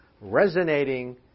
resonating